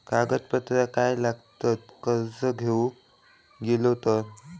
कागदपत्रा काय लागतत कर्ज घेऊक गेलो तर?